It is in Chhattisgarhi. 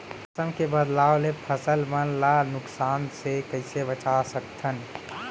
मौसम के बदलाव ले फसल मन ला नुकसान से कइसे बचा सकथन?